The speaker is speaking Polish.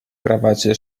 krawacie